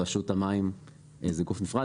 רשות המים זה גוף נפרד,